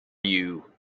you